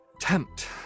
tempt